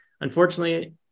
unfortunately